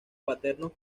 paternos